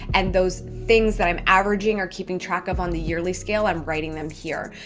and those things that i'm averaging or keeping track of on the yearly scale, i'm writing them here.